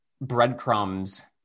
breadcrumbs